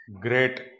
Great